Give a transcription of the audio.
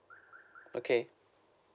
okay